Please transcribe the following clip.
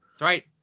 Right